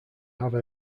have